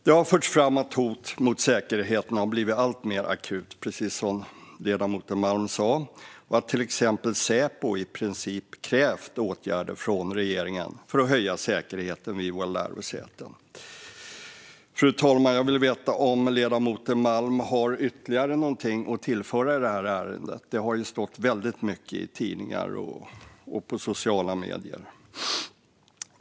Det har förts fram att hotet mot säkerheten blivit alltmer akut, precis som ledamoten Malm sa, och att till exempel Säpo i princip krävt åtgärder från regeringen för att höja säkerheten vid våra lärosäten. Jag skulle vilja veta om ledamoten Malm har ytterligare någonting att tillföra i det här ärendet, fru talman. Det har stått väldigt mycket om det i tidningar och på sociala medier.